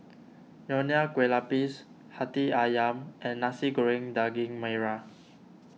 Nonya Kueh Lapis Hati Ayam and Nasi Goreng Daging Merah